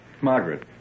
Margaret